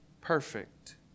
perfect